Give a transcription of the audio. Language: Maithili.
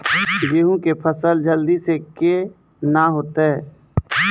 गेहूँ के फसल जल्दी से के ना होते?